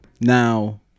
Now